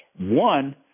one